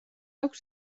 აქვს